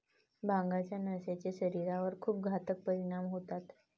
भांगाच्या नशेचे शरीरावर खूप घातक परिणाम होतात